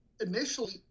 initially